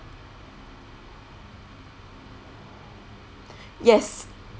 yes